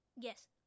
Yes